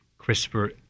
CRISPR